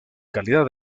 calidad